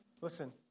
listen